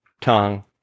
tongue